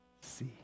see